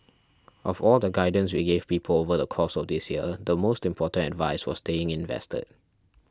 of all the guidance we gave people over the course of this year the most important advice was staying invested